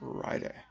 Friday